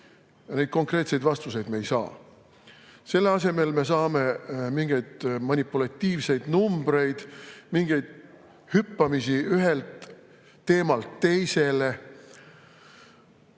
Neid konkreetseid vastuseid me ei saa. Selle asemel me saame mingeid manipulatiivseid numbreid, hüpatakse ühelt teemalt teisele.